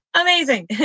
Amazing